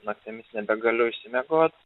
naktimis nebegaliu išsimiegot